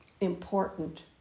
important